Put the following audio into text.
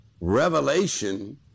revelation